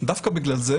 דווקא בגלל זה,